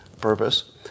purpose